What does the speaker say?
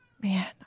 Man